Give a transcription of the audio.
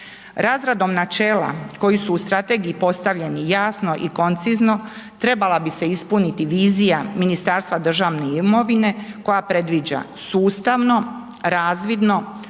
Razradom načela koji su u strategiji postavljeni jasno i koncizno, trebala bi se ispuniti vizija Ministarstva državne imovine koja predviđa sustavno, razvidno,